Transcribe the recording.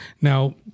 Now